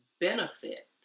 benefit